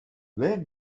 where